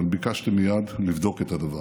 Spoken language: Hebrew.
אבל ביקשתי מייד לבדוק את הדבר,